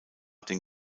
den